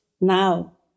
now